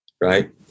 Right